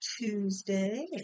Tuesday